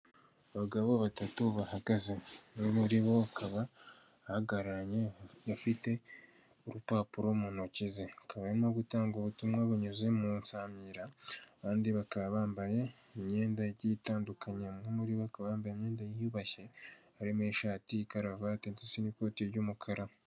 Abagabo batatu bahagaze umwe muri bo bakaba ahagararanye ufite urupapuro mu ntoki ze. Akaba ari no gutanga ubutumwa bunyuze mu nsamira. Abandi bakaba bambaye imyenda igiye itandukanye umwe muri bo akaba yambaye imyenda yiyubashye, Harimo ishati, karavate, ndetse n'ikote ry'umukara.